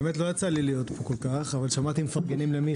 לא יצא לי להיות פה כל כך אבל שמעתי שמפרגנים למיכאל.